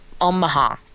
Omaha